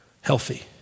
healthy